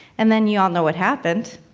and then you ah know what happened.